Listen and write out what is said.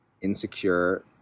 insecure